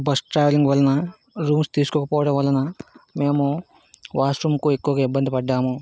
bus travelling వలన rooms తీసుకోకపోవడం వలన మేము వాష్రూమ్కు ఎక్కువగా ఇబ్బంది పడ్డాము